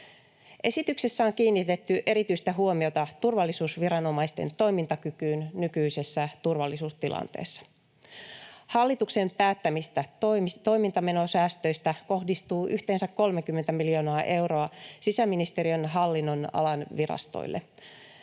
Esityksessä on kiinnitetty erityistä huomiota turvallisuusviranomaisten toimintakykyyn nykyisessä turvallisuustilanteessa. Hallituksen päättämistä toimintamenosäästöistä kohdistuu yhteensä 30 miljoonaa euroa sisäministeriön hallinnonalan virastoille.